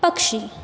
पक्षी